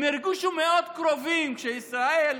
הם הרגישו מאוד קרובים כשישראל,